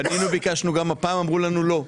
פנינו וביקשנו גם הפעם, ואמרו לנו לא.